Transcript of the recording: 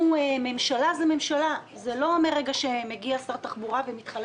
<< דובר_המשך >> שר התחבורה והבטיחות